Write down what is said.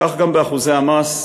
כך גם באחוזי המס,